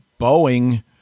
Boeing